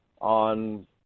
on